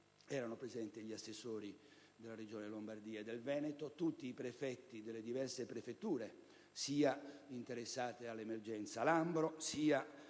Emilia-Romagna, gli assessori della Regione Lombardia e del Veneto e tutti i prefetti delle diverse prefetture, sia quelle interessate all'emergenza Lambro,